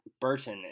Burton